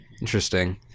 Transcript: Interesting